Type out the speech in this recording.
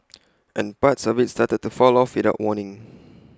and parts of IT started to fall off without warning